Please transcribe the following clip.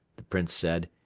the prince said,